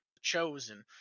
chosen